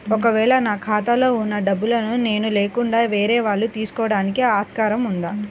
ఒక వేళ నా ఖాతాలో వున్న డబ్బులను నేను లేకుండా వేరే వాళ్ళు తీసుకోవడానికి ఆస్కారం ఉందా?